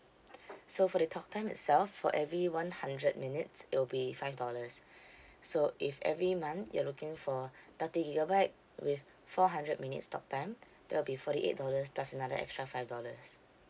so for the talk time itself for every one hundred minutes it'll be five dollars so if every month you're looking for thirty gigabyte with four hundred minutes talk time that will be forty eight dollars plus another extra five dollars